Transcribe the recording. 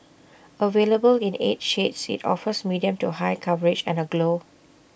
available in eight shades IT offers medium to high coverage and A glow